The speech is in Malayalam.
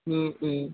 മ്മ് മ്മ്